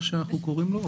מה שאנחנו קוראים לו,